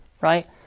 right